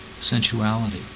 sensuality